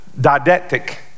didactic